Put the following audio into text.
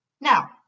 Now